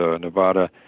Nevada